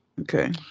Okay